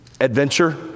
adventure